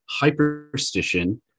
Hyperstition